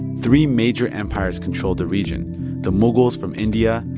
three major empires controlled the region the mughals from india,